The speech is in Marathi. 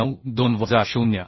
2692 वजा 0